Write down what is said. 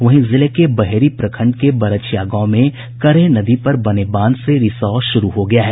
वहीं जिले के बहेरी प्रखंड के बरछिया गांव में करेह नदी पर बने बांध से रिसाव शुरू हो गया है